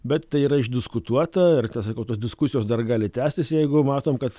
bet tai yra išdiskutuota ir sakau tos diskusijos dar gali tęstis jeigu matom kad